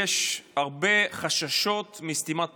יש הרבה חששות מסתימת פיות.